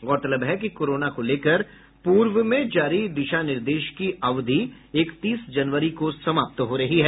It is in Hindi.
गौरतलब है कि कोरोना को लेकर पूर्व में जारी दिशा निर्देश की अवधि इकतीस जनवरी को समाप्त हो रही है